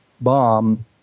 bomb